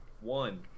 one